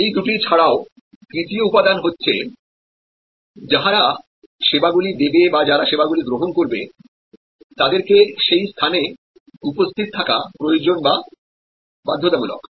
এই দুটি ছাড়াও তৃতীয় উপাদান হচ্ছে যাহারা পরিষেবাগুলি দেবে বা যারা পরিষেবাগুলি গ্রহণ করবে তাদেরকে সেই স্থানে উপস্থিত থাকা প্রয়োজন বা বাধ্যতামূলক